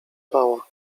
bała